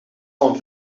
van